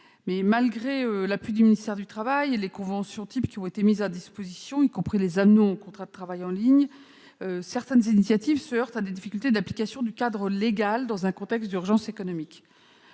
malgré l'appui du ministère du travail et les conventions types mises à disposition, notamment les avenants aux contrats de travail disponibles en ligne, certaines initiatives se heurtent à des difficultés d'application du cadre légal dans un contexte d'urgence économique.